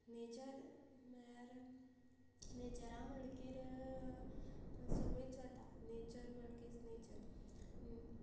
nature म्हळ्यार नेचरा म्हळ्ळकीर सगळीच वता नेचर म्हणटकीच नेचर